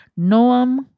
Noam